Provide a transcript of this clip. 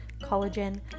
collagen